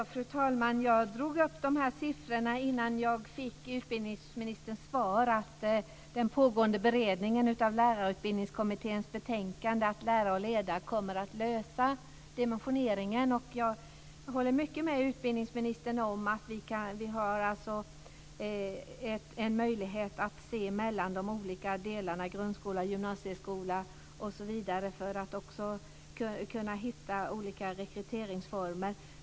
Fru talman! Jag drog upp dessa siffror innan jag fick utbildningsministerns svar att den pågående beredningen av Lärarutbildningskommitténs betänkande Att lära och leda kommer att lösa dimensioneringen. Jag håller med utbildningsministern om att vi har en möjlighet att se mellan de olika delarna grundskola, gymnasieskola osv. för att kunna hitta olika rekryteringsformer.